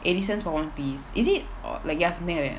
eighty cents for one piece is it or like ya something like that